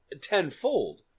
tenfold